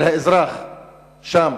של האזרח שם,